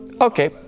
Okay